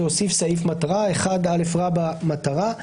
סעיף "מטרה": "מטרה1א.